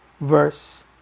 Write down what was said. verse